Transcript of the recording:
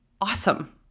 awesome